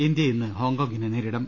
India ഇന്ന് ഹോങ്കോങ്ങിനെ നേരിടും